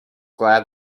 glad